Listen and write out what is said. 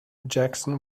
jackson